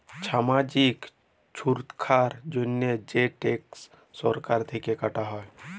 ছামাজিক ছুরক্ষার জন্হে যে ট্যাক্স সরকার থেক্যে কাটা হ্যয়